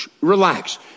relax